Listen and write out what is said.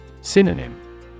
Synonym